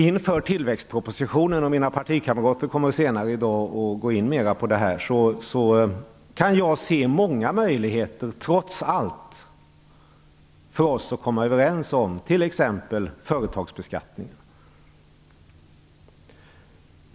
Inför tillväxtpropositionen - mina partikamrater kommer senare i dag att gå in mera på den - kan jag trots allt se många möjligheter för oss att komma överens, t.ex. om företagsbeskattningen.